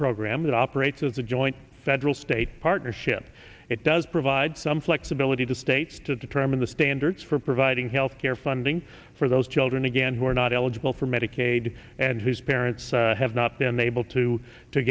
program that operates as a joint federal state partnership it does provide some flexibility to states to determine the standards for providing health care funding for those children again who are not eligible for medicaid and whose parents have not been able to to